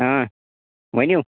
ؤنِو